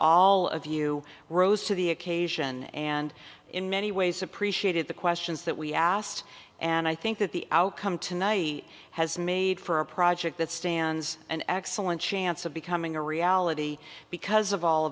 all of you rose to the occasion and in many ways appreciated the questions that we asked and i think that the outcome tonight has made for a project that stands an excellent chance of becoming a reality because of all